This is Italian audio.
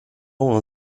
uno